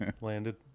landed